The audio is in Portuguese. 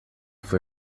foi